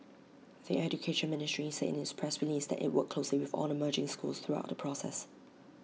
the Education Ministry said in its press release that IT worked closely with all the merging schools throughout the process